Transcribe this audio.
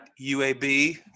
UAB